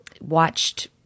watched